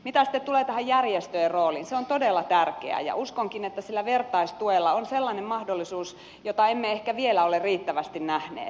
mitä sitten tulee tähän järjestöjen rooliin se on todella tärkeä ja uskonkin että sillä vertaistuella on sellainen mahdollisuus jota emme ehkä vielä ole riittävästi nähneet